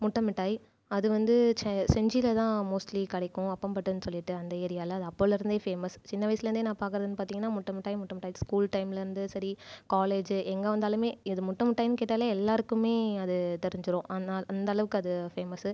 முட்டை மிட்டாய் அது வந்து ச்ச செஞ்சியில் தான் மோஸ்ட்லி கிடைக்கும் அப்பம்பட்டுனு சொல்லிட்டு அந்த ஏரியாவில் அது அப்போலிருந்தே ஃபேமஸ் சின்ன வயசுலருந்தே நான் பார்க்கறது பார்த்திங்கன்னா முட்டை மிட்டாய் முட்டை மிட்டாய் ஸ்கூல் டைம்லிருந்து சரி காலேஜ் எங்கு வந்தாலுமே இது முட்டை மிட்டாய்னு கேட்டாலே எல்லோருக்குமே அது தெரிஞ்சுரும் ஆனால் அந்த அளவுக்கு அது ஃபேமஸ்